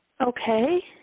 Okay